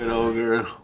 and ogre.